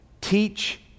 teach